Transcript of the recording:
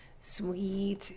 Sweet